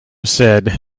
says